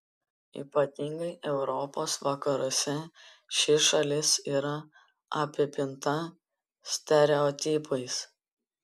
ypatingai europos vakaruose ši šalis yra apipinta stereotipais